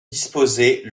disposés